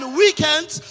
weekends